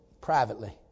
privately